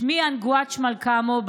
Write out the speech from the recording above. שמי אנגוואץ' מלקמו,